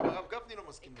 גם הרב גפני לא מסכים לזה.